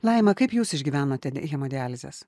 laima kaip jūs išgyvenote hemodializes